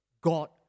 God